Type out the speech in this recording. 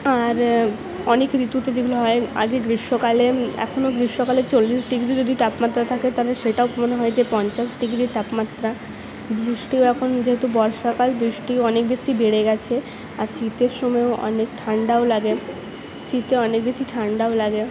আর অনেক ঋতুতে যেগুলো হয় আগে গ্রীষ্মকালে এখনো গ্রীষ্মকালে চল্লিশ ডিগ্রি যদি তাপমাত্রা থাকে তাহলে সেটাও মনে হয় যে পঞ্চাশ ডিগ্রি তাপমাত্রা বৃষ্টি ওরকম যেহেতু বর্ষাকাল বৃষ্টি অনেক বেশি বেড়ে গেছে আর শীতের সময়েও অনেক ঠান্ডাও লাগে শীতে অনেক বেশি ঠান্ডাও লাগে